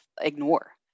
ignore